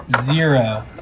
Zero